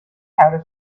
how